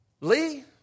Lee